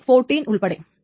a14 ഉൾപ്പെടെ